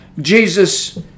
Jesus